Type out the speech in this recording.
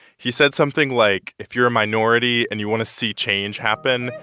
he said something like, if you're a minority, and you want to see change happen,